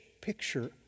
picture